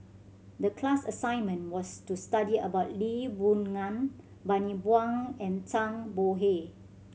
the class assignment was to study about Lee Boon Ngan Bani Buang and Zhang Bohe